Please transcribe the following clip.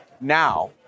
Now